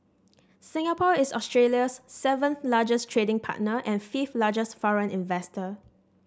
Singapore is Australia's seven largest trading partner and fifth largest foreign investor